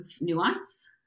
nuance